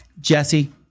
Jesse